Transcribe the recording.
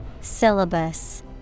Syllabus